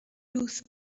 لوس